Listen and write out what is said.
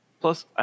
Plus